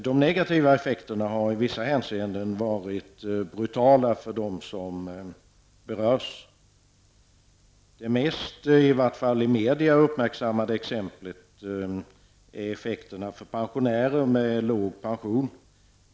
De negativa effekterna har i vissa hänseenden varit brutala för dem som berörs. Det mest uppmärksammade exemplet, i vart fall i media, är effekterna för pensionärer med låg pension.